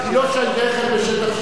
זאת שאלה, אבל היא לא שייכת לשטח שיפוט.